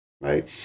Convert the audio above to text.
Right